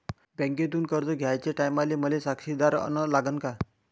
बँकेतून कर्ज घ्याचे टायमाले मले साक्षीदार अन लागन का?